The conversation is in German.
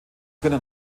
können